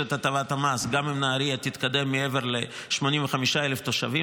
את הטבת המס גם אם נהריה תתקדם מעבר ל-85,000 תושבים.